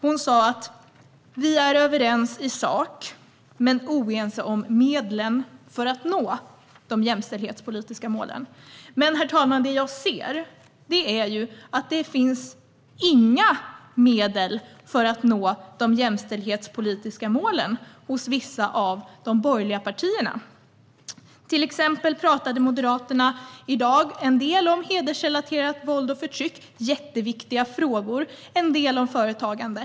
Hon sa att vi är överens i sak men oense om medlen för att nå de jämställdhetspolitiska målen. Men, herr talman, det jag ser är att det inte finns några medel för att nå de jämställdhetspolitiska målen hos vissa av de borgerliga partierna. Till exempel pratade Moderaterna i dag en del om hedersrelaterat våld och förtryck - det är mycket viktiga frågor - och en del om företagande.